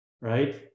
right